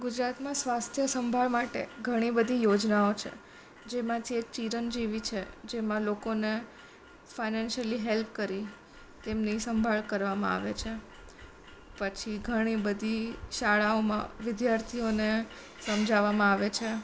ગુજરાતમાં સ્વાસ્થ્ય સંભાળ માટે ઘણી બધી યોજનાઓ છે જેમાં છે ચિરંજીવી છે જેમાં લોકોને ફાઈનાન્સલી હેલ્પ કરી તેમની સંભાળ કરવામાં આવે છે પછી ઘણી બધી શાળાઓમાં વિદ્યાર્થીઓને સમજાવવામાં આવે છે